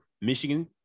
Michigan